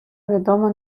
відомо